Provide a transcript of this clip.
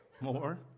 More